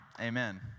Amen